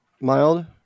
Mild